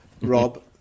Rob